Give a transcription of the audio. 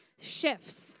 shifts